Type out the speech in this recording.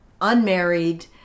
unmarried